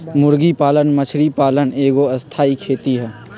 मुर्गी पालन मछरी पालन एगो स्थाई खेती हई